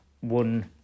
one